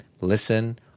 listen